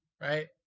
right